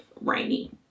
rainy